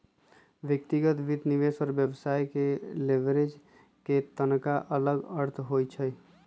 व्यक्तिगत वित्त, निवेश और व्यवसाय में लिवरेज के तनका अलग अर्थ होइ छइ